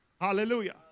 Hallelujah